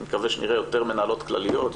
אני מקווה שנראה יותר מנהלות כלליות,